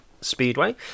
speedway